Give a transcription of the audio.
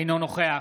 אינו נוכח